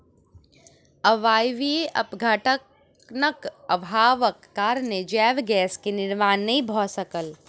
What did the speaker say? अवायवीय अपघटनक अभावक कारणेँ जैव गैस के निर्माण नै भअ सकल